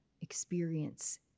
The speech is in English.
experience